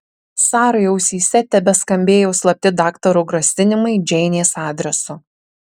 sarai ausyse tebeskambėjo slapti daktaro grasinimai džeinės adresu